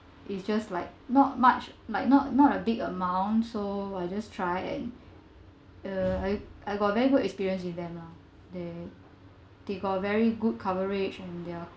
it's just like not much might not not a big amount so !wah! just try and uh I I got very good experience with them lah that they got very good coverage and